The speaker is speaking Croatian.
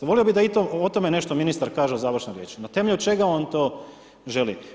Volio bi da i to o tome nešto ministar kaže u završnoj riječi na temelju čega on to želi?